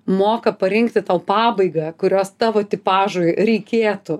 moka parinkti tau pabaigą kurios tavo tipažui reikėtų